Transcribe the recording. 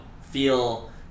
feel